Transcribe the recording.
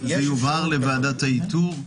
זה יובהר לוועדת האיתור,